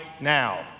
now